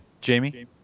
Jamie